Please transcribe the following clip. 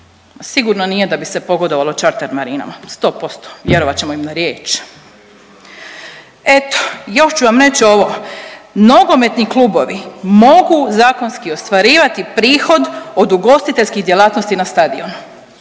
Sigurno nije da bi se pogodovalo čarter marinama, 100%, vjerovat ćemo im na riječ. Eto, još ću vam reći ovo. Nogometni klubovi mogu zakonski ostvarivati prihod od ugostiteljskih djelatnosti na stadionu.